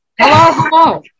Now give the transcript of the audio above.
Hello